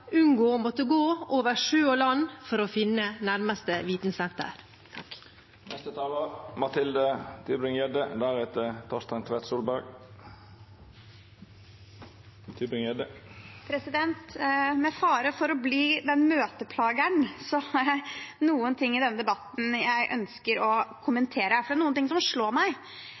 unngå å måtte gå over sjø og land for å finne nærmeste vitensenter. Med fare for å bli møteplager – det er noen ting i denne debatten jeg ønsker å kommentere. For det er noe som slår meg.